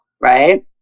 right